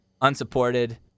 unsupported